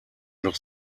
noch